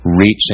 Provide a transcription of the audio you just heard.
reaching